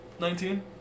Nineteen